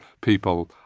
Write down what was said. people